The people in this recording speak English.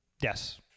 yes